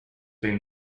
been